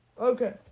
Okay